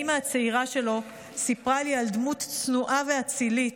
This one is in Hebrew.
האימא הצעירה שלו סיפרה לי על דמות צנועה ואצילית,